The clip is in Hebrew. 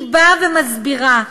היא מסבירה: